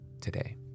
today